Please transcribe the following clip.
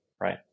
right